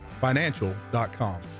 financial.com